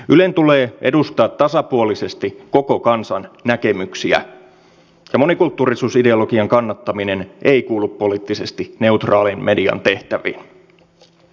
ylen tulee edustaa tasapuolisesti koko kansan näkemyksiä ja monikulttuurisuusideologian kannattaminen ei kuulu poliittisesti neutraalin median tehtäviin